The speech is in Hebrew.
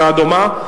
הצעה דומה.